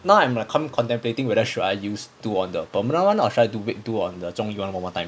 now I'm like con~ contemplating whether should I use two on the permanent [one] or should I wait two on the zhong yun [one] one more time